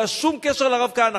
לא היה שום קשר לרב כהנא,